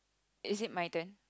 is it my turn